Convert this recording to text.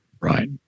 Right